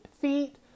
feet